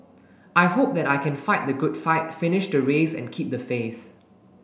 I hope that I can fight the good fight finish the race and keep the faith